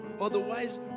Otherwise